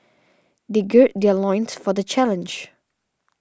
they gird their loins for the challenge